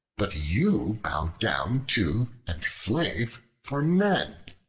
but you bow down to and slave for men,